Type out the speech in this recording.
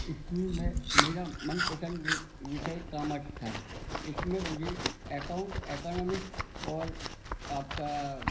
school में मेरा मनपसंद विषय कॉमर्स था इसमें मुझे एकाउंट ईकोनॉमिक्स और आपका